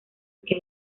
que